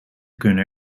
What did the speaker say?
kunnen